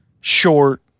short